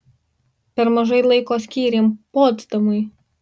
per mažai laiko skyrėm potsdamui